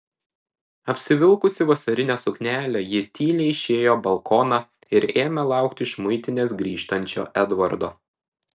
apsivilkusi vasarinę suknelę ji tyliai išėjo balkoną ir ėmė laukti iš muitinės grįžtančio edvardo